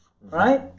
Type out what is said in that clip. right